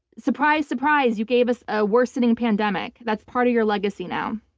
surprise, surprise. you gave us a worsening pandemic. that's part of your legacy now.